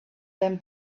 them